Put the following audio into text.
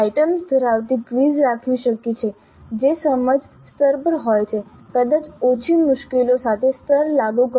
items ધરાવતી quiz રાખવી શક્ય છે જે સમજ સ્તર પર પણ હોય કદાચ ઓછી મુશ્કેલીઓ સાથે સ્તર લાગુ કરો